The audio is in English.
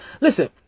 Listen